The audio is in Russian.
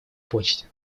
почте